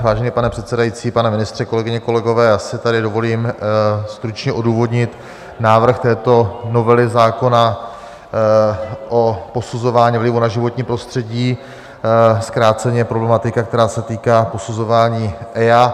Vážený pane předsedající, pane ministře, kolegyně, kolegové, já si tady dovolím stručně odůvodnit návrh této novely zákona o posuzování vlivu na životní prostředí, zkráceně problematika, která se týká posuzování EIA.